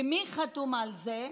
ומי חתום על זה?